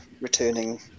returning